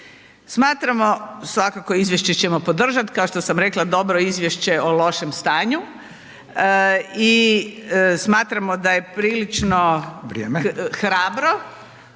Smatramo, svakako izvješće ćemo podržat, kao što sam rekla dobro izvješće o lošem stanju i smatramo da je prilično